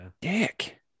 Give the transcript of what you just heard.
dick